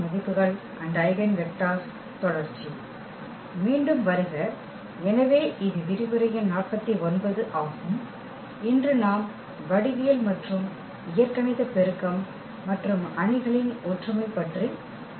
மீண்டும் வருக எனவே இது விரிவுரை எண் 49 ஆகும் இன்று நாம் வடிவியல் மற்றும் இயற்கணித பெருக்கம் மற்றும் அணிகளின் ஒற்றுமை பற்றி பேசுவோம்